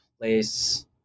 place